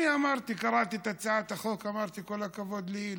אני קראתי את הצעת החוק, אמרתי: כל הכבוד לאילן,